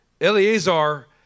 Eleazar